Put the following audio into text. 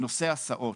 נושא הסעות,